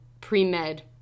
pre-med